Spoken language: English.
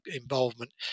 involvement